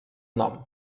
nom